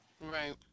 right